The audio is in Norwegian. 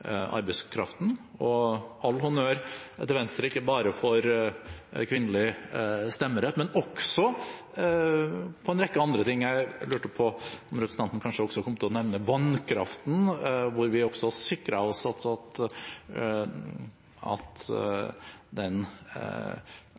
arbeidskraften. All honnør til Venstre – ikke bare for kvinnelig stemmerett, men også for en rekke andre ting. Jeg lurte på om representanten kanskje også kom til å nevne vannkraften, hvor vi sikret oss at